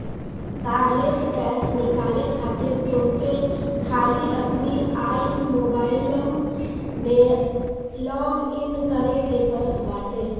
cardless cash निकाले खातिर तोहके खाली अपनी आई मोबाइलम में लॉगइन करे के पड़त बाटे